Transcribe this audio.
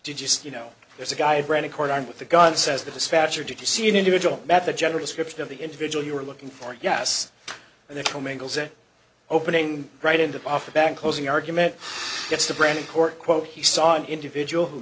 did you say you know there's a guy brennan court armed with a gun says the dispatcher did you see an individual that the general description of the individual you were looking for yes and they're coming opening right into the off the back closing argument gets to brandon court quote he saw an individual who